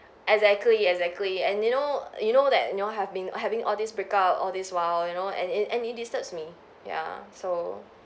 exactly exactly and you know you know that you know have been having all these break out all this while you know and it and it disturbs me ya so